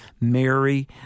Mary